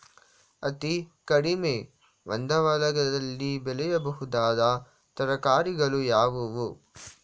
ಅತೀ ಕಡಿಮೆ ಬಂಡವಾಳದಲ್ಲಿ ಬೆಳೆಯಬಹುದಾದ ತರಕಾರಿಗಳು ಯಾವುವು?